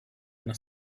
una